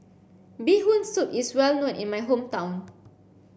bee hoon soup is well known in my hometown